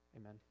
Amen